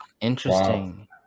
Interesting